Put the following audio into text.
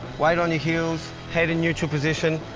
weight on your heels, head in neutral position.